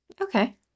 okay